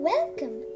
Welcome